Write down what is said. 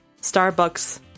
Starbucks